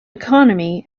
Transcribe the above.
economy